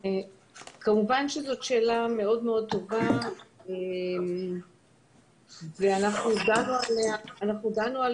כמובן שזו שאלה טובה מאוד ואנחנו דנו בה רבות.